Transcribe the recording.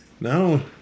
no